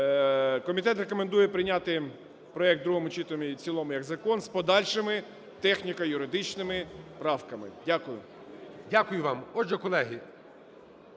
Комітет рекомендує прийняти проект в другому читанні і в цілому як закон з подальшими техніко-юридичними правками. Дякую. ГОЛОВУЮЧИЙ. Дякую вам. Отже, колеги,